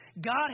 God